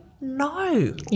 No